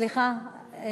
סליחה.